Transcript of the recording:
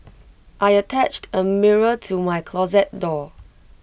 I attached A mirror to my closet door